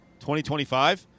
2025